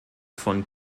von